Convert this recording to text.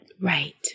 Right